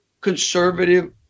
conservative